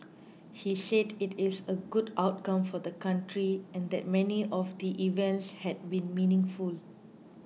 he said it is a good outcome for the country and that many of the events had been meaningful